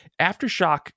Aftershock